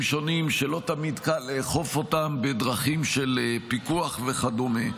שונים שלא תמיד קל לאכוף אותם בדרכים של פיקוח וכדומה.